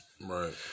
Right